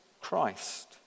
Christ